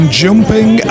jumping